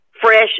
fresh